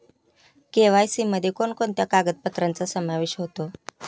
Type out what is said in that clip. KYC मध्ये कोणकोणत्या कागदपत्रांचा समावेश होतो?